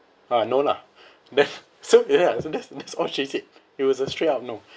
ah no lah that's so ya so that's that's all she said it was a straight up no